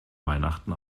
weihnachten